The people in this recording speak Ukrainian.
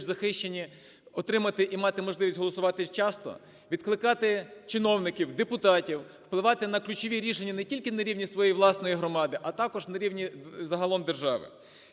захищені, отримати і мати можливість голосувати часто, відкликати чиновників, депутатів, впливати на ключові рішення не тільки на рівні своєї власної громади, а також на рівні загалом держави.